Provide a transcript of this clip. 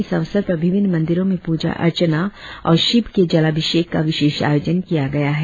इस अवसर पर विभिन्न मंदिरों में प्रजा अर्चना और भगवान शिव के जलाभिषेक का विशेष आयोजन किया गया है